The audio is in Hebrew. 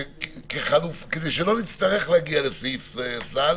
כדי שלא נצטרך להגיע לסעיף סל,